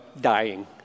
dying